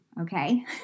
Okay